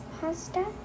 pasta